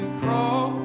crawl